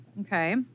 Okay